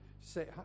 say